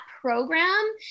program